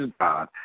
God